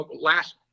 last